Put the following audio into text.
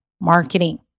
marketing